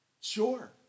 Sure